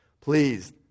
Please